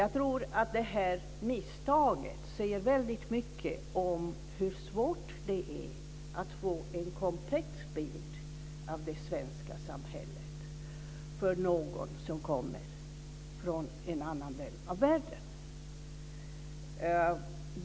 Jag tror att det här misstaget säger mycket om hur svårt det är att få en komplex bild av det svenska samhället för någon som kommer från en annan del av världen.